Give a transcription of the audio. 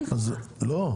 לא.